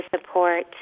support